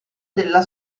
della